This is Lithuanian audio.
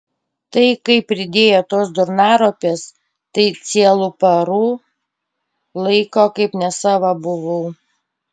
tai kai pridėjo tos durnaropės tai cielų parų laiko kaip nesava buvau